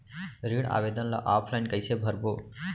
ऋण आवेदन ल ऑफलाइन कइसे भरबो?